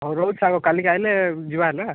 ହଉ ରହୁଛି ସାଙ୍ଗ କାଲିକି ଆଇଲେ ଯିବା ନା